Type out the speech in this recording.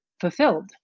fulfilled